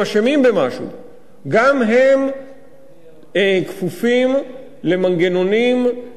גם הם כפופים למנגנונים של איזוק אלקטרוני.